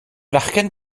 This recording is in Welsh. fachgen